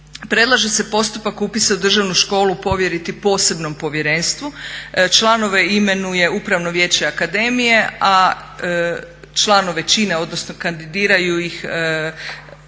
Predlaže se postupak upisa u Državnu školu povjeriti posebnom povjerenstvu. Članove imenuje Upravno vijeće akademije, a članove čine odnosno kandidiraju ih